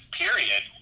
period